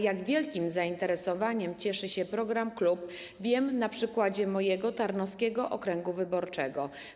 Jak wielkim zainteresowaniem cieszy się program ˝Klub˝, wiem na przykładzie mojego tarnowskiego okręgu wyborczego.